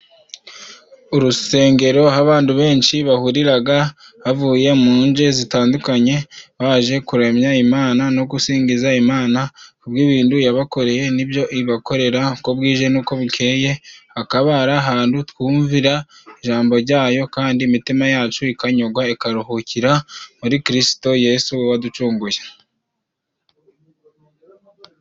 Urusengero aho abandu benshi bahuriraga, bavuye mu nje zitandukanye, baje kuramya Imana no gusingiza Imana kubw'ibindu yabakoreye n'ibyo ibakorera uko bwije n'uko bukeye. Hakaba ari ahantu twumvira ijambo ryayo kandi imitima yacu ikanyugwa ikaruhukira muri Kirisito Yesu we waducunguye.